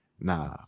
Nah